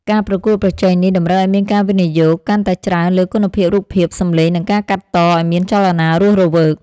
ការប្រកួតប្រជែងនេះតម្រូវឱ្យមានការវិនិយោគកាន់តែច្រើនលើគុណភាពរូបភាព សម្លេង និងការកាត់តឱ្យមានចលនារស់រវើក។